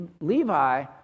Levi